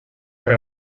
per